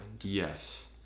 Yes